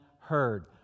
heard